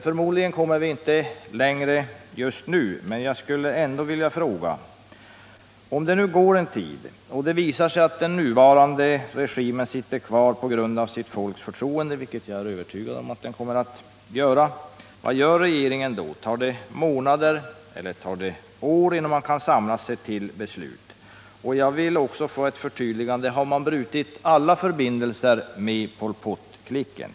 Förmodligen kommer vi inte längre just nu, men jag skulle ändå vilja fråga: Om det efter en tid visar sig att den nuvarande regimen sitter kvar tack vare folkets förtroende, som jag är övertygad om att den kommer att göra, vad gör regeringen då? Tar det månader eller år innan man kan samla sig till ett beslut? Jag vill också få ett förtydligande om man har brutit alla förbindelser med Pol Pot-klicken.